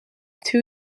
two